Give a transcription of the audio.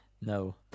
No